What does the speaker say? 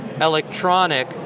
electronic